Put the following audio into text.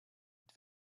mit